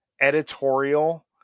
editorial